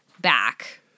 back